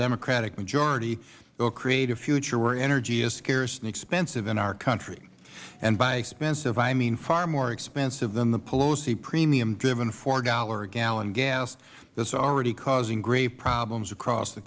democratic majority will create a future where energy is scarce and expensive in our country and by expensive i mean far more expensive than the pelosi premium driven four dollars a gallon gas that is already causing great problems across the